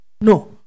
No